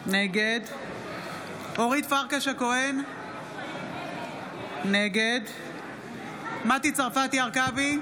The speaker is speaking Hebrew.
נגד אורית פרקש הכהן, נגד מטי צרפתי הרכבי,